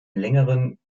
längeren